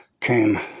came